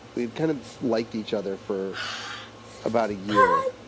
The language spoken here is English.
we had kind of liked each other for about a year,